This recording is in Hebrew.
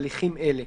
בהליכים אלה: